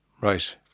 right